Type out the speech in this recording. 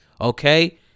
Okay